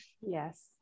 Yes